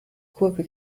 kurve